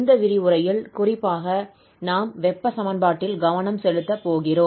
இந்த விரிவுரையில் குறிப்பாக நாம் வெப்ப சமன்பாட்டில் கவனம் செலுத்த போகிறோம்